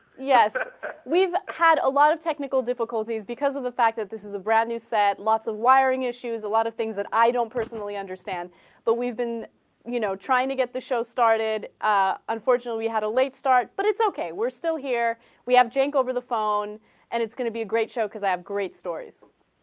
had a lot of technical difficulties because of the fact that this is a bradley said lots of wiring issues a lot of things that i don't personally understand but we've been you know trying to get the show started ah. unfortunately had a late start but it's okay we're still here we have jake over the phone and it's going to be a great show cause i have great stories